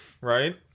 right